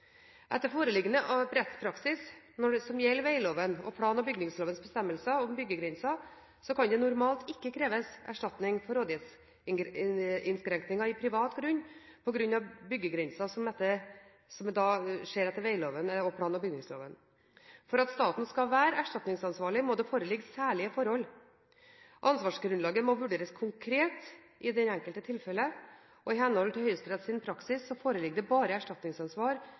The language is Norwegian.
Etter foreliggende rettspraksis, som gjelder vegloven og plan- og bygningslovens bestemmelser om byggegrenser, kan det normalt ikke kreves erstatning for rådighetsinnskrenkninger i privat grunn på grunn av byggegrensene etter vegloven og plan- og bygningsloven. For at staten skal være erstatningsansvarlig må det foreligge særlige forhold. Ansvarsgrunnlaget må vurderes konkret i det enkelte tilfellet. I henhold til høyesterettspraksis foreligger det bare erstatningsansvar